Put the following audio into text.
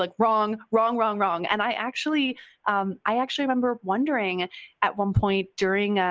like wrong, wrong, wrong, wrong. and i actually um i actually remember wondering at one point during,